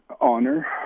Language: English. honor